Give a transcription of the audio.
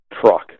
truck